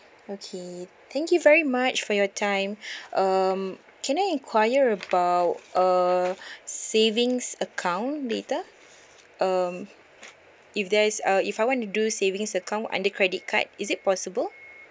okay thank you very much for your time um can I enquire about err savings account later um if there is uh if I want to do savings account under credit card is it possible